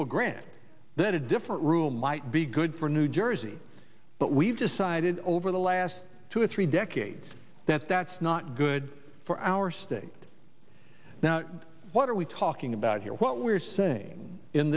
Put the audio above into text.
will grant that a different rule might be good for new jersey but we've decided over the last two or three decades that that's not good for our state now what are we talking about here what we're saying in